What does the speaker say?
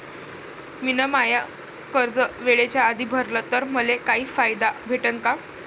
मिन माय कर्ज वेळेच्या आधी भरल तर मले काही फायदा भेटन का?